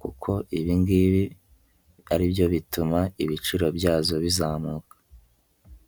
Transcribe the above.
kuko ibingibi ari byo bituma ibiciro byazo bizamuka.